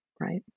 right